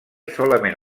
solament